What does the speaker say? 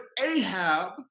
ahab